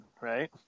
right